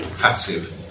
passive